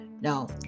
Now